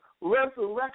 resurrection